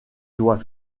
doit